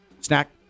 Snack